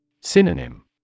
Synonym